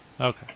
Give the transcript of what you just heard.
Okay